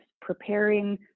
preparing